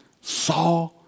saw